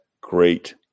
great